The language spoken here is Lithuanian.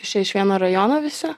jūs čia iš vieno rajono visi